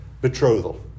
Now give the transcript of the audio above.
betrothal